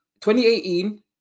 2018